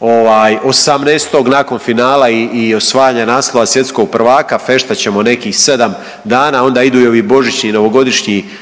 18. nakon finala i ostajanja naslova Svjetskog prvaka. Feštat ćemo nekih 7 dana, onda idu i ovih božićni i novogodišnji